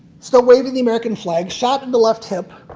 still waving the american flag, shot in the left hip,